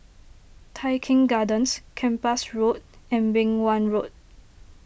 Tai Keng Gardens Kempas Road and Beng Wan Road